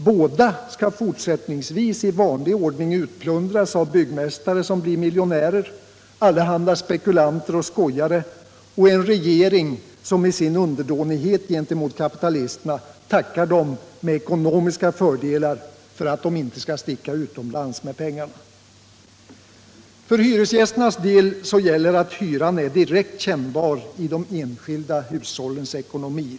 Båda skall fortsättningsvis i vanlig ordning utplundras av byggmästare som blir miljonärer, allehanda spekulanter och skojare, och en regering som i sin underdånighet gentemot kapitalisterna tackar dem med ekonomiska fördelar, så att de inte skall sticka utomlands med pengarna. För hyresgästernas del gäller att hyran är direkt kännbar i de enskilda hushållens ekonomi.